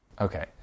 okay